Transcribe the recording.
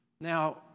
Now